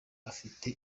afite